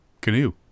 canoe